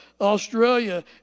Australia